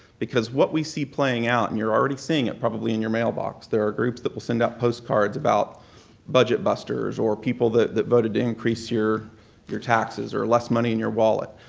because what we see playing out, and you're already seeing it probably in your mailbox, there are groups that will send out postcards about budget busters or people that that voted to increase your your taxes or less money in your wallet.